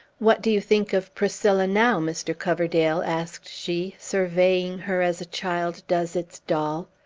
what do you think of priscilla now, mr. coverdale? asked she, surveying her as a child does its doll.